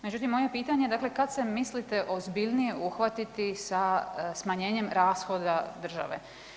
Međutim, moje pitanje je dakle kad se mislite ozbiljnije uhvatiti sa smanjenjem rashoda države?